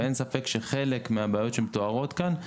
ואין ספק שחלק מהבעיות שמתוארות כאן,